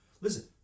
Listen